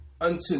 unto